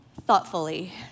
thoughtfully